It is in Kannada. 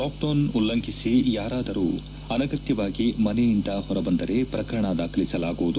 ಲಾಕ್ ಡೌನ್ ಉಲ್ಲಂಘಿಸಿ ಯಾರಾದರೂ ಅನಗತ್ತವಾಗಿ ಮನೆಯಿಂದ ಹೊರಬಂದರೆ ಪ್ರಕರಣ ದಾಖಲಿಸಲಾಗುವುದು